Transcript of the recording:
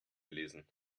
lesen